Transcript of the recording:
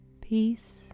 Peace